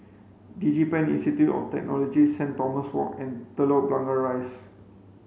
DigiPen Institute of Technology Saint Thomas Walk and Telok Blangah Rise